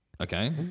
Okay